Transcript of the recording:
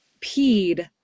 peed